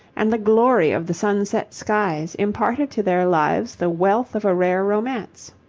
and the glory of the sunset skies, imparted to their lives the wealth of a rare romance.